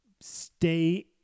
stay